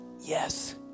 yes